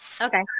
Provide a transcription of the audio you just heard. Okay